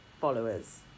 Followers